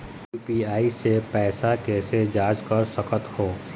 UPI से पैसा कैसे जाँच कर सकत हो?